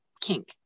kink